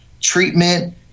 treatment